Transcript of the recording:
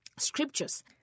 Scriptures